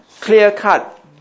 clear-cut